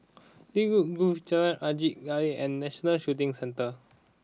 Lynwood Grove Jalan Angin Laut and National Shooting Centre